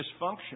dysfunction